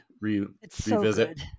revisit